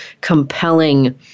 compelling